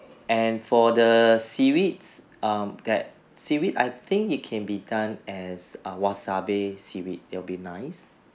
and for the seaweeds um that seaweed I think it can be done as a wasabi seaweed that'll be nice